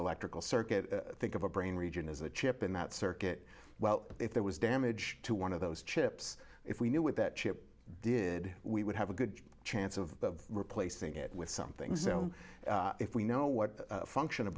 electrical circuit think of a brain region as a chip in that circuit well if there was damage to one of those chips if we knew what that chip did we would have a good chance of replacing it with something so if we know what function